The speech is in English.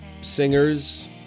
singers